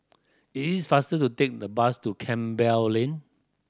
it's faster to take the bus to Campbell Lane